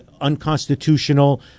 unconstitutional